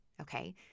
okay